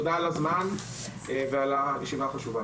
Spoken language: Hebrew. תודה על הזמן ועל הישיבה החשובה.